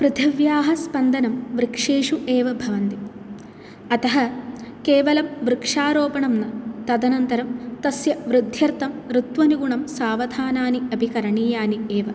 पृथिव्याः स्पन्दनं वृक्षेषु एव भवन्ति अतः केवलं वृक्षारोपणं न तदनन्तरं तस्य वृद्ध्यर्थं ऋत्वनुगुणं सावधानानि अपि करणीयानि एव